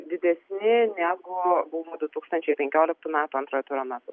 didesni negu buvo du tūkstančiai penkioliktų metų antrojo turo metu